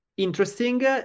interesting